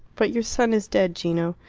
but your son is dead, gino.